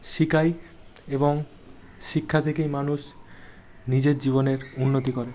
শিক্ষাই এবং শিক্ষা থেকেই মানুষ নিজের জীবনের উন্নতি করে